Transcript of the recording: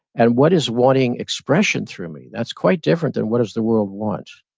and what is wanting expression through me? that's quite different than what does the world want?